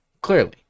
clearly